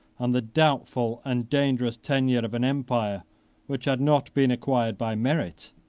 and the doubtful and dangerous tenure of an empire which had not been acquired by merit,